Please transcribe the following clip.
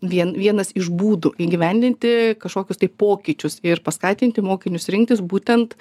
vien vienas iš būdų įgyvendinti kažkokius tai pokyčius ir paskatinti mokinius rinktis būtent